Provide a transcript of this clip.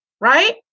Right